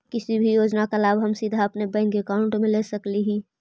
किसी भी योजना का लाभ हम सीधे अपने बैंक अकाउंट में ले सकली ही?